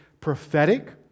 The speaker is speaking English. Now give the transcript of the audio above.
prophetic